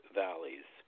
valleys